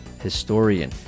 historian